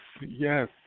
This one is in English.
Yes